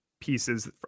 pieces